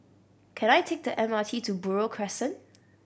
can I take the M R T to Buroh Crescent